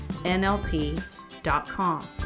nlp.com